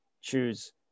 choose